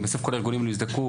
אם בסוף כל הארגונים לא יזדכו,